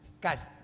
guys